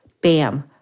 Bam